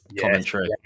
commentary